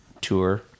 tour